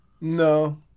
No